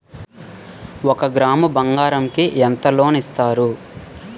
ఒక గ్రాము బంగారం కి ఎంత లోన్ ఇస్తారు?